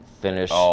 finish